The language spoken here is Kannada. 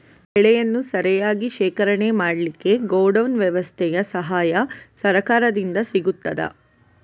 ಬೆಳೆಯನ್ನು ಸರಿಯಾಗಿ ಶೇಖರಣೆ ಮಾಡಲಿಕ್ಕೆ ಗೋಡೌನ್ ವ್ಯವಸ್ಥೆಯ ಸಹಾಯ ಸರಕಾರದಿಂದ ಸಿಗುತ್ತದಾ?